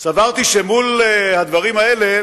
סברתי שמול הדברים האלה